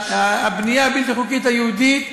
הבנייה הבלתי-חוקית היהודית,